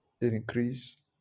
increase